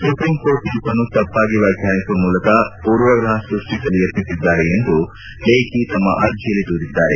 supreme court ತೀರ್ಪನ್ನು ತಪ್ಪಾಗಿ ವ್ಲಾಖ್ಲಾನಿಸುವ ಮೂಲಕ ಮೂರ್ವಾಗ್ರಹ ಸ್ಪಷ್ಟಿಸಲು ಯತ್ನಿಸಿದ್ದಾರೆ ಎಂದು ಲೇಖಿ ತಮ್ನ ಅರ್ಜಿಯಲ್ಲಿ ದೂರಿದ್ದಾರೆ